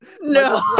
No